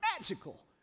magical